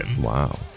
Wow